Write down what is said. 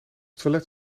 toilet